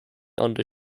under